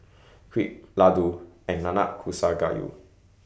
Crepe Ladoo and Nanakusa Gayu